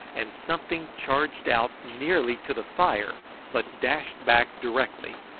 and something charged out nearly to the fire but dashed back directly,